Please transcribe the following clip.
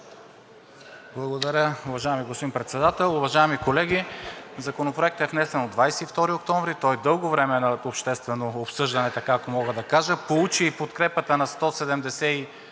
Благодаря, уважаеми господин Председател. Уважаеми колеги, Законопроектът е внесен на 22 октомври и той дълго време е на обществено обсъждане, така ако мога да кажа, получи и подкрепата на 175